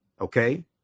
Okay